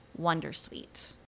wondersuite